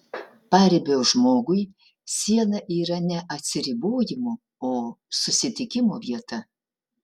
paribio žmogui siena yra ne atsiribojimo o susitikimo vieta